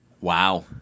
Wow